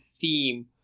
theme